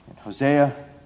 Hosea